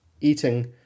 eating